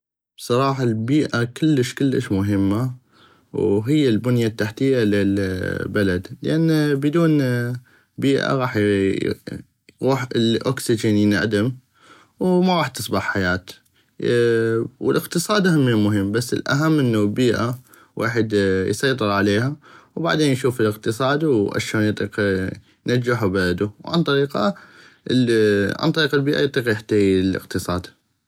بصراحة البيئة كلش كلش مهمة وهيا البنية التحتية للبلد لان بدون بيئة غاح يغوح الاوكسجين ينعدم وما غاح تصبح حياة والاقتصاد هم مهم بس الاهم انو بيئة ويحد يسيطر عليها وبعدين يشوف الاقتصاد واشون يطيق ينجحو ببلدو وعن طريقة وعن طريق البيئة يطيق يحتي الاقتصاد.